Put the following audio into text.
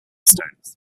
stones